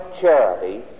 charity